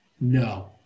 No